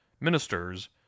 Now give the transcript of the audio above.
ministers